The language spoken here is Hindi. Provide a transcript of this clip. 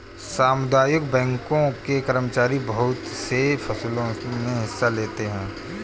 सामुदायिक बैंकों के कर्मचारी बहुत से फैंसलों मे हिस्सा लेते हैं